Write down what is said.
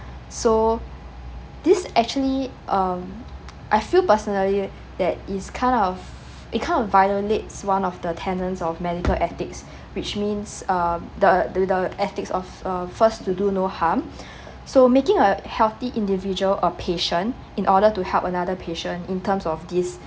so this actually um I feel personally that is kind of it kind of violates one of the tenets of medical ethics which means um the the the ethics of uh first to do no harm so making a healthy individual of patient in order to help another patient in terms of this